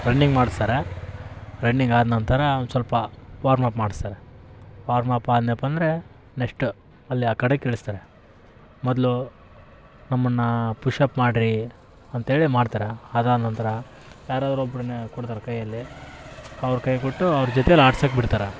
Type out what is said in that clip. running ಮಾಡ್ಸ್ತಾರೆ running ಆದ ನಂತರ ಸ್ವಲ್ಪ ವಾರ್ಮಪ್ ಮಾಡಿಸ್ತಾರೆ ವಾರ್ಮಪ್ ಆದ್ನ್ಯಾಪ್ಪ ಅಂದರೆ ನೆಸ್ಟ್ ಅಲ್ಲಿ ಆ ಕಡೆಗ್ ಇಳಿಸ್ತಾರೆ ಮೊದಲು ನಮ್ಮನ್ನು ಪುಷಪ್ ಮಾಡಿರಿ ಅಂತೇಳಿ ಮಾಡ್ತಾರೆ ಅದಾದ ನಂತರ ಯಾರಾರು ಒಬ್ಬರನ್ನ ಕೊಡ್ತಾರೆ ಕೈಯಲ್ಲಿ ಅವ್ರ ಕೈಕೊಟ್ಟು ಅವ್ರ ಜೊತೆಲಿ ಆಡ್ಸಕ್ಕೆ ಬಿಡ್ತಾರೆ